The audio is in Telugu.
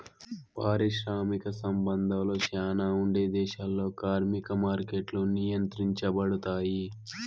పారిశ్రామిక సంబంధాలు శ్యానా ఉండే దేశాల్లో కార్మిక మార్కెట్లు నియంత్రించబడుతాయి